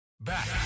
Back